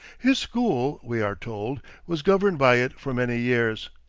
his school, we are told, was governed by it for many years.